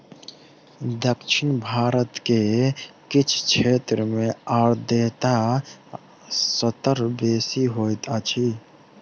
दक्षिण भारत के किछ क्षेत्र में आर्द्रता स्तर बेसी होइत अछि